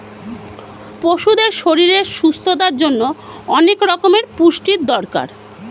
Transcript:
পশুদের শরীরের সুস্থতার জন্যে অনেক রকমের পুষ্টির দরকার